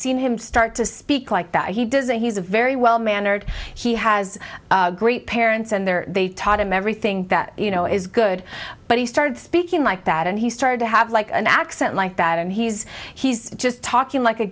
seen him start to speak like that he does and he's a very well mannered he has great parents and they're they taught him everything that you know is good but he started speaking like that and he started to have like an accent like that and he's he's just talking like a